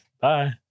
Bye